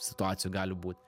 situacijų gali būt